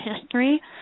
history